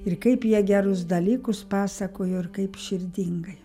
ir kaip jie gerus dalykus pasakojo ir kaip širdingai